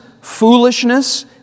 foolishness